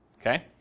Okay